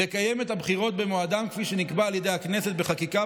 לקיים את הבחירות במועדן כפי שנקבע על ידי הכנסת בחקיקה,